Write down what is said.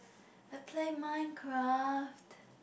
I play MineCraft